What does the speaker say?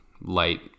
light